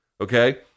okay